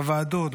בוועדות,